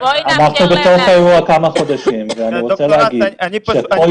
אנחנו בתוך האירוע כמה חודשים ואני רוצה להגיד שכל